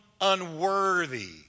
unworthy